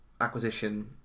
acquisition